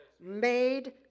made